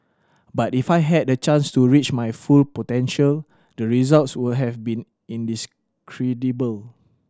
but if I had the chance to reach my full potential the results would have been